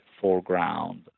foreground